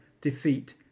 defeat